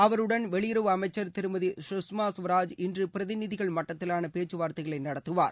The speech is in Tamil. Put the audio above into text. அவருடன் வெளியுறவு அமைச்சர் திருமதி சுஷ்மா ஸ்வராஜ் இன்று பிரதிநிதிகள் மட்டத்திலான பேச்சுவார்த்தைகளை நடத்துவார்